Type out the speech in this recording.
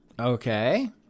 Okay